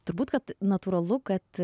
turbūt kad natūralu kad